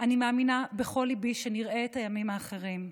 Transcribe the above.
אני מאמינה בכל ליבי שנראה את הימים האחרים,